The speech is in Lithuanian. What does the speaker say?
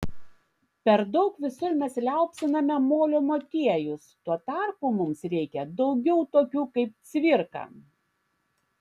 per daug visur mes liaupsiname molio motiejus tuo tarpu mums reikia daugiau tokių kaip cvirka